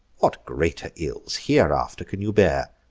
what greater ills hereafter can you bear?